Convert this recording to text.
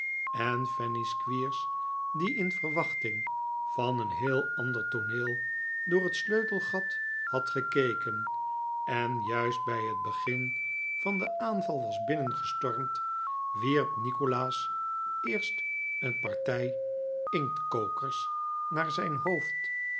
en fanny squeers die in verwachting van een heel ander tooneel door het sleutelgat had gekeken en juist bij het begin van den aanval was binnengestormd wierp nikolaas eerst een partij inktkokers naar zijn hoofd